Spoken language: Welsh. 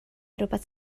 rywbeth